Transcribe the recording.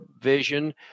vision